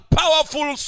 powerful